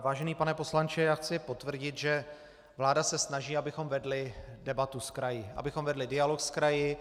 Vážený pane poslanče, já chci potvrdit, že vláda se snaží, abychom vedli debatu s kraji, abychom vedli dialog s kraji.